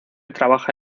trabaja